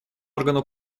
органу